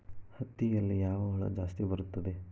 ಹತ್ತಿಯಲ್ಲಿ ಯಾವ ಹುಳ ಜಾಸ್ತಿ ಬರುತ್ತದೆ?